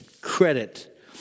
credit